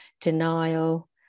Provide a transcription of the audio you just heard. denial